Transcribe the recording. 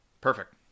perfect